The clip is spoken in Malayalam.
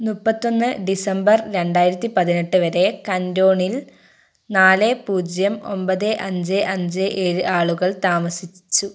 മുപ്പത്തി ഒന്ന് ഡിസംബർ രണ്ടായിരത്തി പതിനെട്ട് വരെ കന്റോണിൽ നാല് പൂജ്യം ഒമ്പത് അഞ്ച് അഞ്ച് ഏഴ് ആളുകൾ താമസിച്ചു